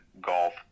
golf